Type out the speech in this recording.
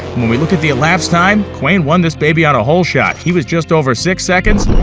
when we look at the elapsed time, quain won this baby on a hole shot. he was just over six seconds,